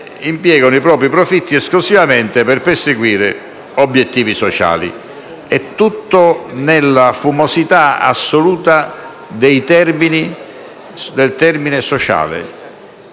impiegano i propri profitti esclusivamente per perseguire obiettivi sociali. Sta tutto nella fumosità assoluta del termine «sociale».